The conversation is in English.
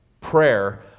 prayer